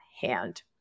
hand